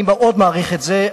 אני מאוד מעריך את זה.